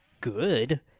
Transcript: good